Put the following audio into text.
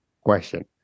question